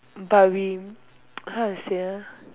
but we how you say ah